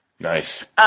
Nice